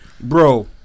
bro